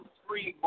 three